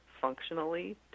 functionally